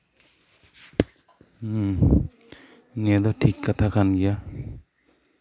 ᱦᱮᱸ ᱱᱤᱭᱟᱹ ᱫᱚ ᱴᱷᱤᱠ ᱠᱟᱛᱷᱟ ᱠᱟᱱ ᱜᱮᱭᱟ